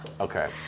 Okay